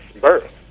birth